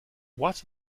what